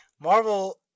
Marvel